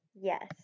Yes